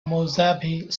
mojave